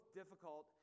difficult